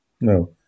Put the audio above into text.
No